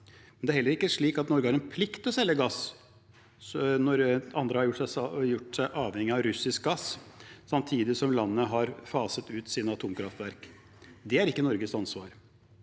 sjø. Det er heller ikke slik at Norge har en plikt til å selge gass når andre har gjort seg avhengig av russisk gass, samtidig som land har faset ut sine atomkraftverk. Det er ikke Norges ansvar.